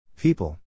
People